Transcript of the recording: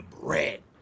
bread